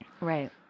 Right